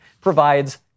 provides